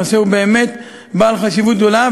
הנושא הוא באמת בעל חשיבות גדולה.